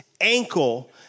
ankle